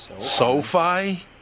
Sofi